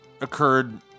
occurred